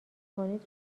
کنید